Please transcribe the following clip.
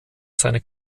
seine